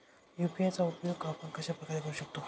UPI चा उपयोग आपण कशाप्रकारे करु शकतो?